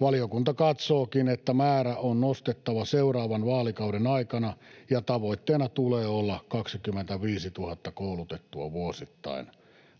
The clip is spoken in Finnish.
Valiokunta katsookin, että määrää on nostettava seuraavan vaalikauden aikana ja tavoitteena tulee olla 25 000 koulutettua vuosittain.